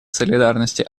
солидарности